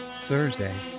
Thursday